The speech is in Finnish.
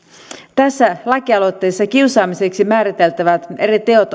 tässä lakialoitteessa kiusaamiseksi määriteltävät eri teot